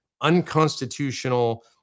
unconstitutional